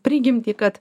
prigimtį kad